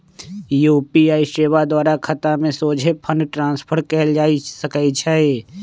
UPI सेवा द्वारा खतामें सोझे फंड ट्रांसफर कएल जा सकइ छै